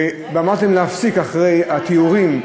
ואמרתי להם להפסיק אחרי התיאורים,